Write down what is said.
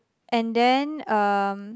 and then um